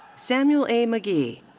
samuel a. magee.